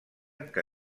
que